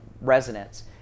residents